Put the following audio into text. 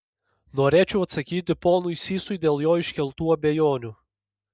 norėčiau atsakyti ponui sysui dėl jo iškeltų abejonių